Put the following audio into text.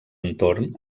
entorn